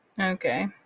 Okay